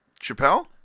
Chappelle